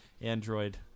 Android